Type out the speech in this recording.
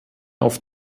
auf